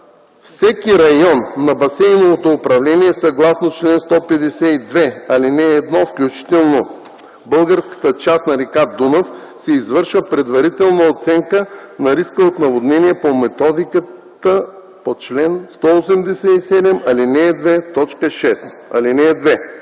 всеки район на басейново управление съгласно чл. 152, ал. 1, включително българската част на река Дунав, се извършва предварителна оценка на риска от наводнения по методиката по чл. 187, ал. 2, т. 6.